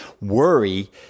worry